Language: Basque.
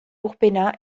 laburpena